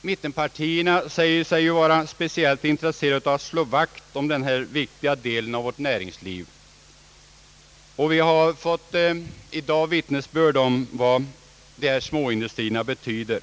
Mittenpartierna säger sig vara speciellt intresserade av att slå vakt om denna viktiga del av vårt näringsliv, och vi har i dag fått vittnesbörd om vad dessa småindustrier betyder.